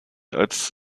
als